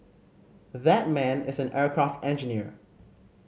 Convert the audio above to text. that man is an aircraft engineer